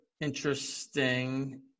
interesting